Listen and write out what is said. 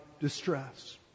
distress